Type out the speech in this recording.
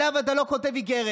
אליו אתה לא כותב איגרת.